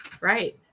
Right